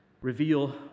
reveal